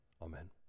amen